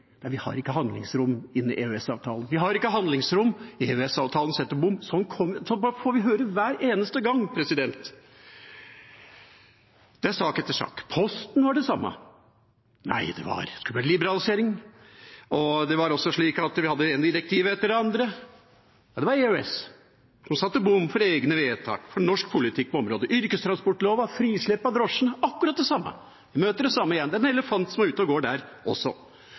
vi har ikke handlingsrom i EØS-avtalen. Vi har ikke handlingsrom, EØS-avtalen setter bom. Sånt får vi høre hver eneste gang, i sak etter sak. Med Posten var det det samme – nei, det skulle være liberalisering. Vi hadde også det ene direktivet etter det andre, men også der var det EØS som satte bom for egne vedtak, for norsk politikk på området. Yrkestransportloven, frislepp av drosjene: Der var det akkurat det samme. En møter det samme igjen, det er en elefant som er ute og går der også.